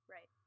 Right